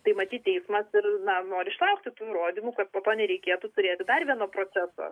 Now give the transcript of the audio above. tai matyt teismas ir na nori išlaukti tų įrodymų kad po to nereikėtų turėti dar vieno proceso